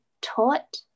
taught